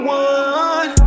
one